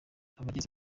abageze